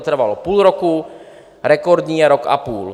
Trvalo to půl roku, rekordní je rok a půl.